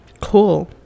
Cool